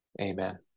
Amen